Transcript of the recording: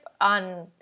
on